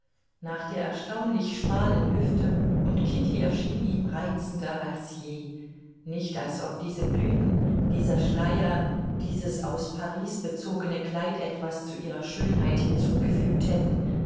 nach der erstaunlich schmalen hüfte und kitty erschien ihm reizender als je nicht als ob diese blüten dieser schleier dieses aus paris bezogene kleid etwas zu ihrer schönheit hinzugefügt hätten